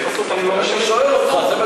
אני שואל אותך, זה מה